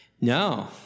No